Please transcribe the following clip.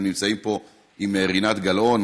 הם נמצאים פה עם רינת גל-און,